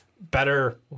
better